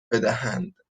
بدهند